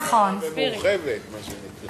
ממשלה יש לו רחבה ומורחבת, מה שנקרא.